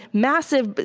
massive, but